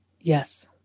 Yes